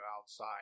outside